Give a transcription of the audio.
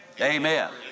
Amen